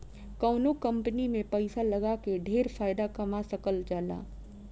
कवनो कंपनी में पैसा लगा के ढेर फायदा कमा सकल जाला